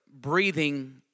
breathing